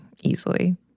easily